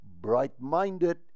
bright-minded